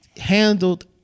handled